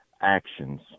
actions